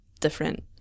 different